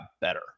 better